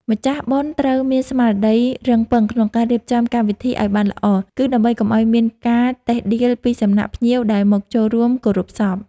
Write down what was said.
ម្ចាស់បុណ្យត្រូវមានស្មារតីរឹងប៉ឹងក្នុងការរៀបចំកម្មវិធីឱ្យបានល្អ គឺ ដើម្បីកុំឱ្យមានការតិះដៀលពីសំណាក់ភ្ញៀវដែលមកចូលរួមគោរពសព។